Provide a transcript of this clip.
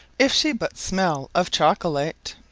if she but smell of chocolate.